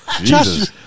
Jesus